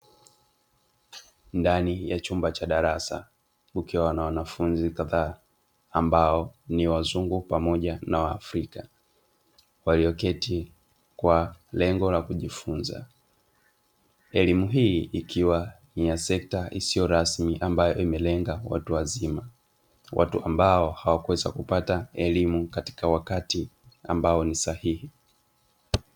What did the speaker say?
Ndani ya chumba cha darasa kukiwa na wanafunzi kadhaa ambao ni wazungu pamoja na waafrika walioketi kwa lengo la kujifunza; elimu hii ikiwa ni ya sekta isiyo rasmi ambayo imelenga kwa watu wazima, watu ambao hawakuweza kupata elimu katika wakati ambao ni sahihi.